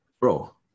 Bro